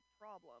problem